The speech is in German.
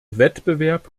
wettbewerb